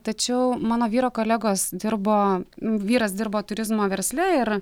tačiau mano vyro kolegos dirbo vyras dirbo turizmo versle ir